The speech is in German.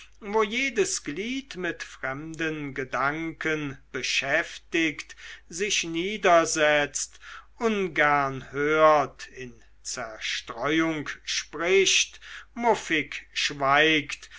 wo jedes glied mit fremden gedanken beschäftigt sich niedersetzt ungern hört in zerstreuung spricht muffig schweigt